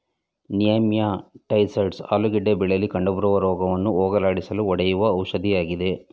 nematicides ಆಲೂಗೆಡ್ಡೆ ಬೆಳೆಯಲಿ ಕಂಡುಬರುವ ರೋಗವನ್ನು ಹೋಗಲಾಡಿಸಲು ಹೊಡೆಯುವ ಔಷಧಿಯಾಗಿದೆ